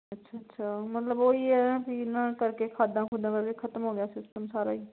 ਅੱਛਾ ਅੱਛਾ ਮਤਲਬ ਉਹ ਹੀ ਹੈ ਵੀ ਇਹਨਾਂ ਕਰਕੇ ਖਾਦਾਂ ਖੂਦਾਂ ਦਾ ਵੀ ਖਤਮ ਹੋ ਗਿਆ ਸਿਸਟਮ ਸਾਰਾ ਹੀ